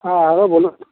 হ্যাঁ হ্যালো বলুন